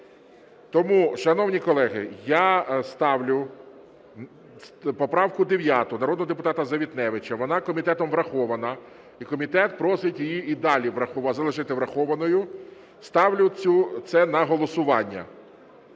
Тому, шановні колеги, я ставлю поправку 9 народного депутата Завітневича. Вона комітетом врахована, і комітет просить її і далі залишити врахованою. Ставлю це на голосування.